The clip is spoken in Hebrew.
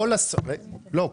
לא.